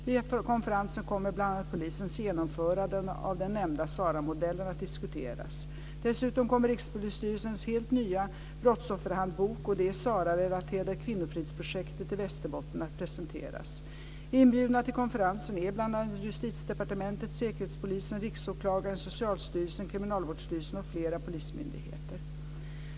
Vid konferensen kommer bl.a. polisens genomförande av den nämnda SARA-modellen att diskuteras. Dessutom kommer Rikspolisstyrelsens helt nya brottsofferhandbok och det SARA-relaterade Kvinnofridsprojektet i Västerbotten att presenteras. Inbjudna till konferensen är bl.a. Justitiedepartementet, Säkerhetspolisen, Riksåklagaren, Socialstyrelsen, Kriminalvårdsstyrelsen och flera polismyndigheter.